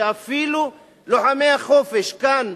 שאפילו לוחמי החופש כאן,